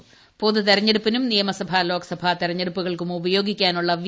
ഉപ്പാതു തെരഞ്ഞെടുപ്പിനും നിയമസഭാ ലോകസഭാ ഉപതെരഞ്ഞെടു്പ്പുകൾക്കും ഉപയോഗിക്കാനുള്ള വി